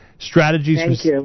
Strategies